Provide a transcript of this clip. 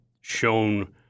shown